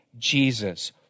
Jesus